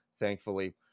thankfully